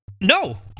No